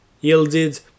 yielded